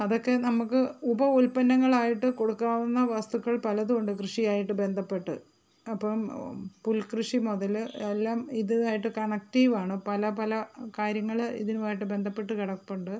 അതൊക്കെ നമക്ക് ഉപ ഉത്പന്നങ്ങളായിട്ട് കൊടുക്കാവുന്ന വസ്തുക്കൾ പലതുണ്ട് കൃഷിയായിട്ട് ബന്ധപ്പെട്ട് അപ്പം പുൽക്കൃഷി മുതൽ എല്ലാം ഇതായിട്ട് കണക്ടീവാണ് പല പല കാര്യങ്ങൾ ഇതുമായിട്ട് ബന്ധപ്പെട്ട് കിടപ്പുണ്ട്